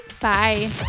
Bye